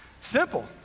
simple